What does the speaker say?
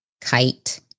kite